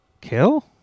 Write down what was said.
Kill